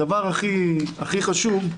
הדבר הכי חשוב,